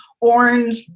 orange